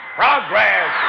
progress